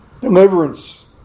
deliverance